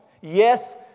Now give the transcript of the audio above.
Yes